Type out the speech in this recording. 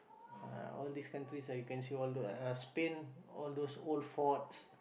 ah all these countries that you can see all those ah Spain all those old forts